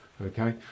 Okay